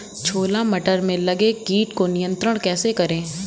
छोला मटर में लगे कीट को नियंत्रण कैसे करें?